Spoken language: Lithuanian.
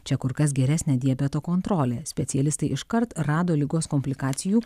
čia kur kas geresnė diabeto kontrolė specialistai iškart rado ligos komplikacijų